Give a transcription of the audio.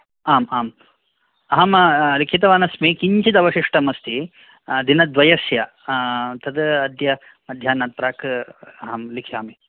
आम् आम् अहं लिखितवान् अस्मि किञ्चिद् अवशिष्टम् अस्ति द्विनद्वयस्य तद् अद्य मध्याह्नात् प्राक् अहं लिख्यामि